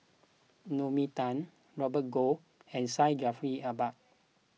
Naomi Tan Robert Goh and Syed Jaafar Albar